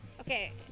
Okay